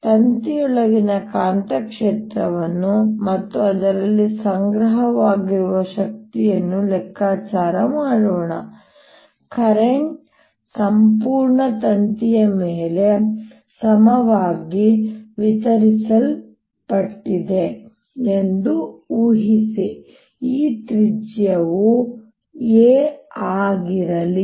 ಈ ತಂತಿಯೊಳಗಿನ ಕಾಂತಕ್ಷೇತ್ರವನ್ನು ಮತ್ತು ಅದರಲ್ಲಿ ಸಂಗ್ರಹವಾಗಿರುವ ಶಕ್ತಿಯನ್ನು ಲೆಕ್ಕಾಚಾರ ಮಾಡೋಣ ಕರೆಂಟ್ ಸಂಪೂರ್ಣ ತಂತಿಯ ಮೇಲೆ ಸಮವಾಗಿ ವಿತರಿಸಲ್ಪಟ್ಟಿದೆ ಎಂದು ಊಹಿಸಿ ಈ ತ್ರಿಜ್ಯವು a ಆಗಿರಲಿ